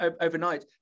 overnight